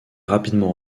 rapidement